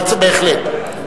בהחלט.